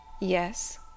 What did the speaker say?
Yes